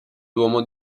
duomo